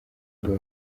rwo